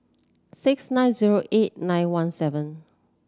six nine zero eight nine one seven